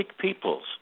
peoples